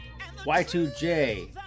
Y2J